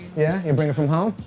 yeah, you bring it from home?